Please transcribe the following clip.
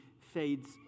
fades